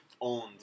owned